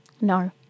No